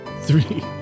Three